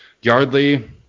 Yardley